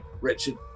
Richard